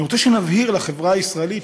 אני רוצה שנבהיר לחברה הישראלית,